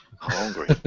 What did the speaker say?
Hungry